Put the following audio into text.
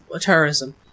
terrorism